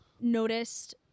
noticed